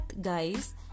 guys